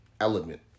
element